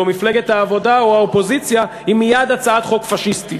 מפלגת העבודה או האופוזיציה היא מייד הצעת חוק פאשיסטית.